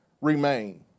remain